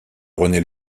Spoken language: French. rené